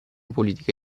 politica